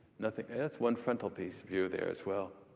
nothing. yeah, that's one frontal piece view there, as well.